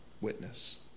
witness